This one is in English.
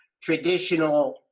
traditional